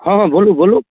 हँ हँ बोलू बोलू